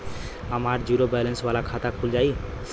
हमार zero balance वाला खाता खुल जाई?